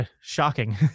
shocking